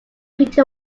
pretty